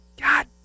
God